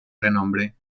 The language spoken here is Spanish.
renombre